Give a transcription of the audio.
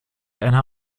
einer